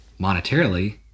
monetarily